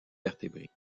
vertébrés